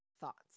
thoughts